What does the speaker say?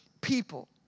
people